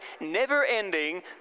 never-ending